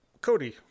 Cody